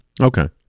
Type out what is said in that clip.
Okay